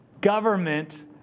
government